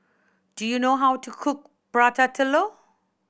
do you know how to cook Prata Telur